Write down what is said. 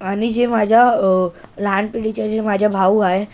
आणि जे माझा लहानपणीचा जे माझा भाऊ आहे